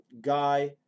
guy